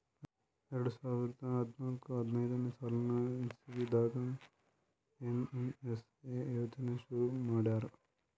ಎರಡ ಸಾವಿರದ್ ಹದ್ನಾಲ್ಕ್ ಹದಿನೈದ್ ಸಾಲಿನ್ ಇಸವಿದಾಗ್ ಏನ್.ಎಮ್.ಎಸ್.ಎ ಯೋಜನಾ ಶುರು ಮಾಡ್ಯಾರ್